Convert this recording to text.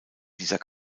dieser